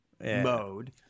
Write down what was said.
mode